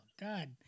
God